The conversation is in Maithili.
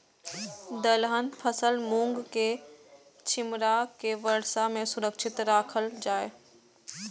दलहन फसल मूँग के छिमरा के वर्षा में सुरक्षित राखल जाय?